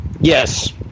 Yes